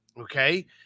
okay